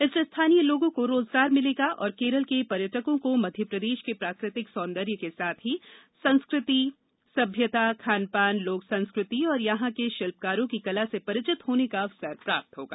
इससे स्थानीय लोगों को रोजगार मिलेगा और केरल के पर्यटकों को मध्यप्रदेश के प्राकृतिक सौंदर्य के साथ संस्कृति सम्यता खान पान लोक संस्कृति और यहाँ के शिल्पकारों की कला से परिचित होने का अवसर प्राप्त होगा